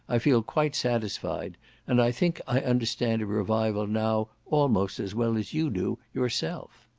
i feel quite satisfied and i think i understand a revival now almost as well as you do yourself.